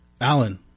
Alan